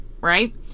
right